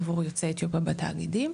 עבור יוצאי אתיופיה בתאגידים.